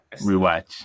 Rewatch